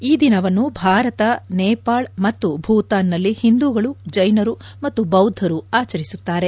ಈ ದಿನವನ್ನು ಭಾರತ ನೇಪಾಳ್ ಭೂತಾನ್ ನಲ್ಲಿ ಹಿಂದೂಗಳು ಜೈನರು ಮತ್ತು ಬೌದ್ದರು ಆಚರಿಸುತ್ತಾರೆ